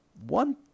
one